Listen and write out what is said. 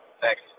thanks